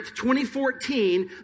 2014